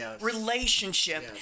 relationship